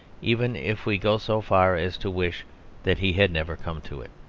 even if we go so far as to wish that he had never come to it.